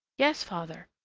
yes, father,